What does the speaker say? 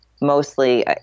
mostly